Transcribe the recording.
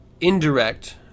indirect